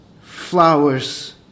flowers